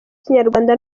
ikinyarwanda